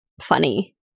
funny